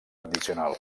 addicional